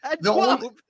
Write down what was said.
No